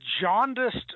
jaundiced